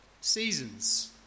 seasons